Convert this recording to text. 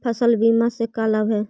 फसल बीमा से का लाभ है?